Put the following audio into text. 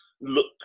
look